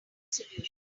solution